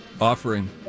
offering